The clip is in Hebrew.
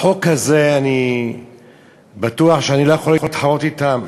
בחוק הזה אני בטוח שאני לא יכול להתחרות בהם.